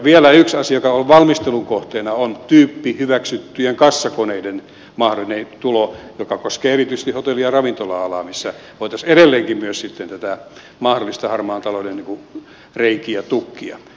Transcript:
vielä yksi asia joka on valmistelun kohteena on tyyppihyväksyttyjen kassakoneiden mahdollinen tulo joka koskee erityisesti hotelli ja ravintola alaa missä voitaisiin edelleen myös sitten näitä mahdollisia harmaan talouden reikiä tukkia